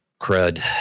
crud